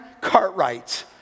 Cartwright